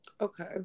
Okay